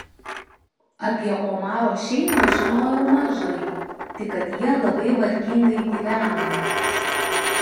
apie omaro šeimą žinojau mažai tik kad jie labai vargingai gyvena